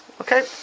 Okay